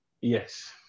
yes